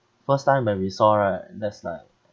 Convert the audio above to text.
first time when we saw right that's like